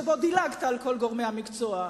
שבו דילגת על כל גורמי המקצוע,